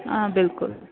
آ بِلکُل